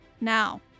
Now